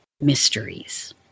Mysteries